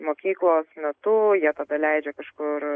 mokyklos metu jie tada leidžia kažkur